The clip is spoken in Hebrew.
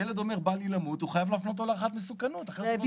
תודה.